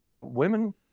women